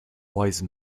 wise